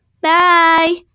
bye